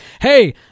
Hey